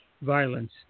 violence